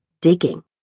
digging